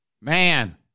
Man